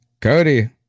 Cody